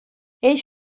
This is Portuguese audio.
eles